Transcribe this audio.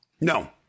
No